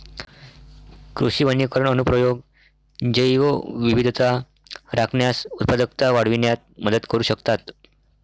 कृषी वनीकरण अनुप्रयोग जैवविविधता राखण्यास, उत्पादकता वाढविण्यात मदत करू शकतात